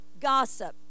gossip